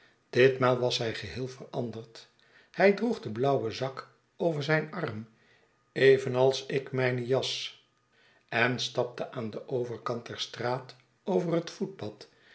ditmaal was hij geheel veranderd hij droeg den blauwen zak over zijn arm evenals ik mijne jas en stapte aan den overkant der straat over het voetpad